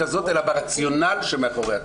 הזאת אלא ברציונל שמאחורי התכנית.